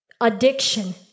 addiction